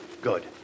Good